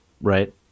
right